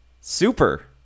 super